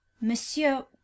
Monsieur